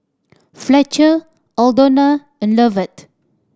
Fletcher Aldona and Lovett